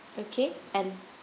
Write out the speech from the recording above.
okay and